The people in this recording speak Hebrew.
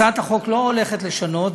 הצעת החוק לא הולכת לשנות,